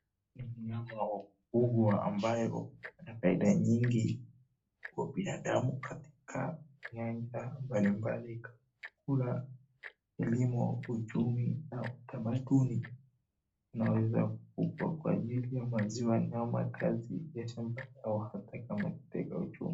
Ni mnyama wa kufugwa ambayo anafaida nyingi kwa binadamu katika nyaja mbalimbali, chakula, elimu, uchumi na utamanduni. Inaeza kufugwa kwa ajili ya maziwa, nyama kazi ya shambani au hata kama kitega uchumi.